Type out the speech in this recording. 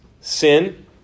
sin